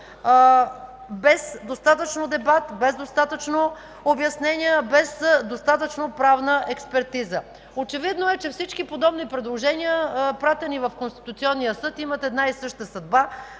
без достатъчно дебат, без достатъчно обяснения, без достатъчно правна експертиза? Очевидно е, че всички подобни предложения, пратени в Конституционния съд, имат една и съща съдба,